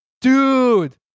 dude